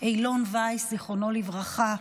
אילון וייס, זיכרונו לברכה.